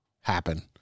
happen